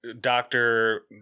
Doctor